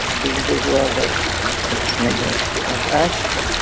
doing visual there isn't a bit of us.